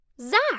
Zach